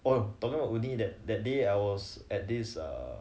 !wow! talking about woomi that that day I was at this err